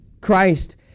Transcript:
Christ